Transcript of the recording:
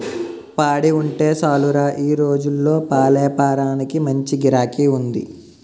పాడి ఉంటే సాలురా ఈ రోజుల్లో పాలేపారానికి మంచి గిరాకీ ఉంది